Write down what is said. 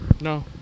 No